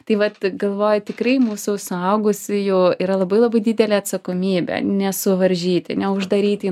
tai vat galvoju tikrai mūsų suaugusiųjų yra labai labai didelė atsakomybė nesuvaržyti neuždaryti į